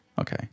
Okay